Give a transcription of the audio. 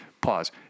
pause